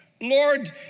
Lord